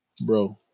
bro